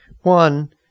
One